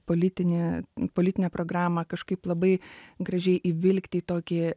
politinę politinę programą kažkaip labai gražiai įvilkti į tokį